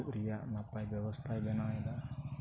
ᱫᱩᱲᱩᱵ ᱨᱮᱭᱟᱜ ᱱᱟᱯᱟᱭ ᱵᱮᱵᱚᱥᱛᱷᱟᱭ ᱵᱮᱱᱟᱣᱮᱫᱟ